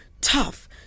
tough